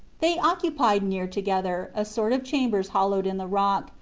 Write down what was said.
they occupied near together a sort of chambers hollowed in the rock,